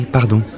pardon